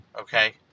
Okay